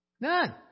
None